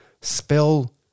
Spell